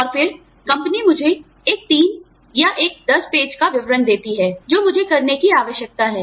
और फिर कंपनी मुझे एक 3 पेज या एक 10 पेज का विवरण देती है जो मुझे करने की आवश्यकता है